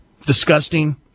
Disgusting